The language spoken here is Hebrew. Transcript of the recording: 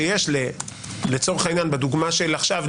לצורך העניין בדוגמה עכשיו,